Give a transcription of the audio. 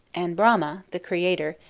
and brahma, the creator,